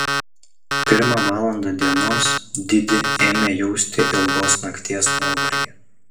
pirmą valandą dienos didi ėmė jausti ilgos nakties nuovargį